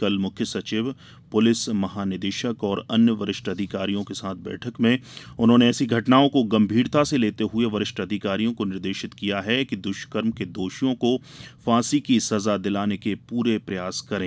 कल मुख्य सचिव पुलिस महानिदेशक और अन्य वरिष्ठ अधिकारियों के साथ बैठक में उन्होंने ऐसी घटनाओं को गम्भीरता से लेते हुए वरिष्ठ अधिकारियों को निर्देशित किया है कि दुष्कर्म के दोषियों को फाँसी की सजा दिलाने के पूरे प्रयास करें